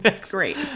Great